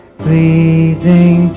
pleasing